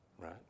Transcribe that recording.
Right